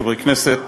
חברי כנסת,